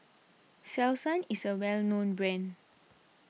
Selsun is a well known brand